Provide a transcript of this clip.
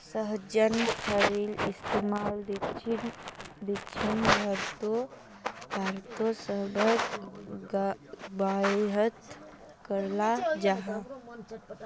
सहजन फलिर इस्तेमाल दक्षिण भारतोत साम्भर वागैरहत कराल जहा